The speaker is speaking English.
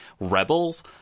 rebels